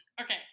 Okay